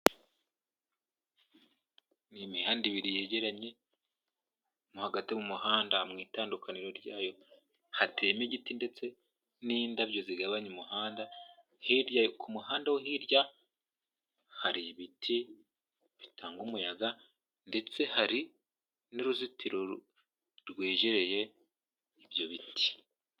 Ni imihanda ibiri yegeranye nko hagati mu muhanda mu itandukaniro ryayo hateyemo igiti ndetse n'indabyo zigabanya umuhanda, hirya ku muhanda wo hirya hari ibiti bitanga umuyaga ndetse hari n'uruzitiro rwegereye ibyo biti.